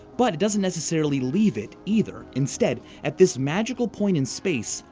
but it doesn't necessarily leave it either. instead, at this magical point in space,